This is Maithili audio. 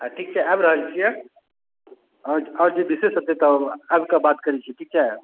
ठीक छै आबि रहल छियै आओर आओर जे बिशेष होयतै तऽ आबि कऽ बात करैत छी ठीक छै